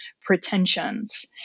pretensions